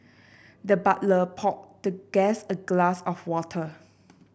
the butler poured the guest a glass of water